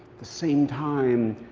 the same time,